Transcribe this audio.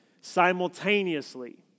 simultaneously